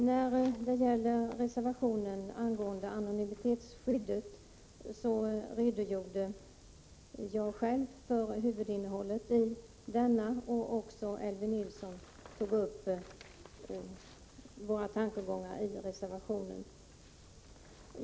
Jag redogjorde själv för huvudinnehållet i reservationen om anonymitetsskyddet, och Elvy Nilsson tog upp våra tankegångar i den reservationen.